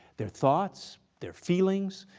their thoughts, their feelings,